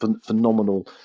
phenomenal